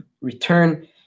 return